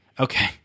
Okay